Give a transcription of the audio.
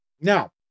Now